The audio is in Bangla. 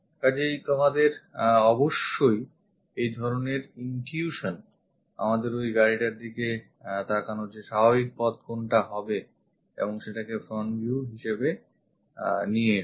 কাজেই তোমাদের অবশ্যই এই ধরনের intuition আমাদের ওই গাড়িটার দিকে তাকানোর স্বাভাবিক পথ কোনটা হবে এবং সেটাকে front view হিসেবে নিয়ে এসো